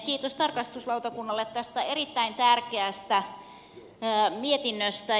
kiitos tarkastuslautakunnalle tästä erittäin tärkeästä mietinnöstä